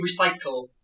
recycle